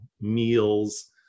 meals